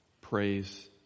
praise